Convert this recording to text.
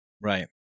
Right